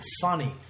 funny